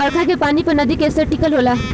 बरखा के पानी पर नदी के स्तर टिकल होला